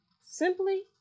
simply